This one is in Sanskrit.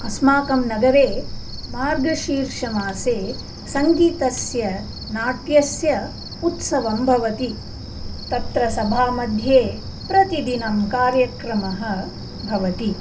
अस्माकं नगरे मार्गशीर्षमासे सङ्गीतस्य नाट्यस्य उत्सवं भवति तत्र सभामध्ये प्रतिदिनं कार्यक्रमः भवति